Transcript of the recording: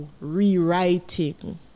rewriting